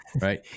right